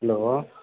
hello